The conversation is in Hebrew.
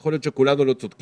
יכול להיות שכולנו לא צודקים,